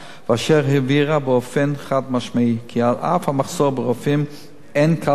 והיא הבהירה באופן חד-משמעי כי על אף המחסור ברופאים אין כל